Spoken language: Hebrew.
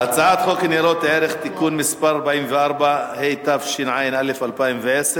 הצעת חוק ניירות ערך (תיקון מס' 44), התשע"א 2011,